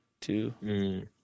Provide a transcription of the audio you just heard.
Two